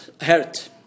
hurt